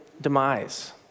demise